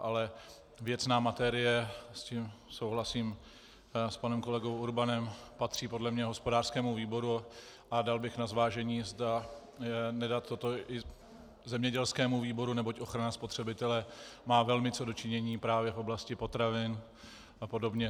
Ale věcná materie, s tím souhlasím s panem kolegou Urbanem, patří podle mě hospodářskému výboru a dal bych na zvážení, zda nedat toto i zemědělskému výboru, neboť ochrana spotřebitele má velmi co do činění právě v oblasti potravin a podobně.